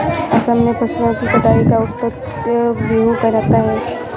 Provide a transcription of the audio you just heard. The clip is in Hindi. असम में फसलों की कटाई का उत्सव बीहू कहलाता है